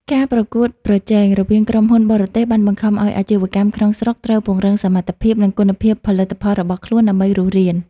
ការប្រកួតប្រជែងរវាងក្រុមហ៊ុនបរទេស បានបង្ខំឱ្យអាជីវកម្មក្នុងស្រុកត្រូវពង្រឹងសមត្ថភាព និងគុណភាពផលិតផលរបស់ខ្លួនដើម្បីរស់រាន។